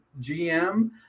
GM